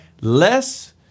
less